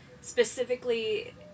specifically